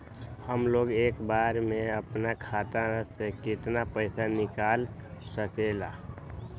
हमलोग एक बार में अपना खाता से केतना पैसा निकाल सकेला?